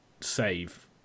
save